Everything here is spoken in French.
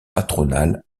patronale